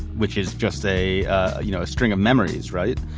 which is just a ah you know string of memories. right.